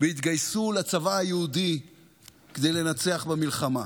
והתגייסו לצבא היהודי כדי לנצח במלחמה.